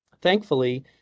thankfully